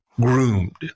groomed